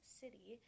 city